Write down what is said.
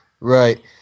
Right